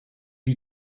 you